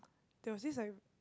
there was this like